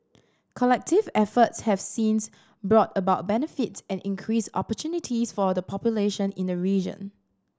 collective efforts have since brought about benefits and increased opportunities for the population in the region